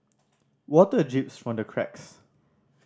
water drips from the cracks